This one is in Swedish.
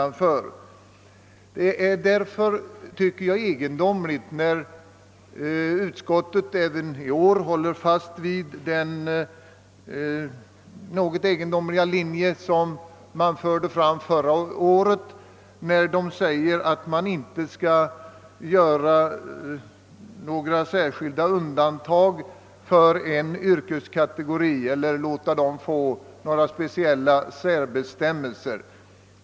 Jag tycker det är egendomligt att utskottet även i år håller fast vid den något egendomliga uppfattning som det förde fram förra året och säger att man inte kan medge undantag eller införa särbestämmelser för en yrkeskategori.